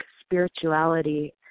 spirituality